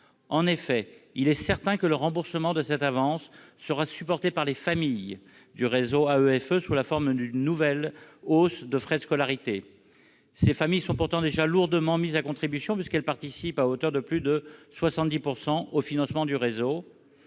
En effet, il est certain que le remboursement de cette avance sera supporté par les familles du réseau AEFE sous la forme d'une nouvelle hausse des frais de scolarité. Ces familles sont pourtant déjà lourdement mises à contribution puisqu'elles participent à hauteur de 70 % au financement du réseau